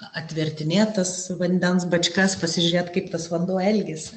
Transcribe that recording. atvertinėt tas vandens bačkas pasižiūrėt kaip tas vanduo elgiasi